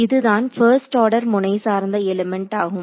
இது தான் first order முனை சார்ந்த எலிமெண்ட் ஆகும்